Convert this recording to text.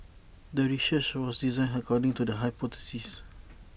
the research was designed according to the hypothesis